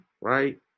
Right